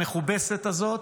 המכובסת הזאת,